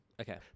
Okay